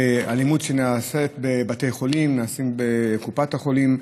באלימות שנעשית בבתי חולים, נעשית בקופת החולים,